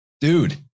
Dude